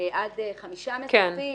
עד חמישה מסופים